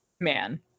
man